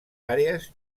àrees